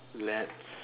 let's